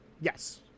Yes